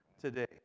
today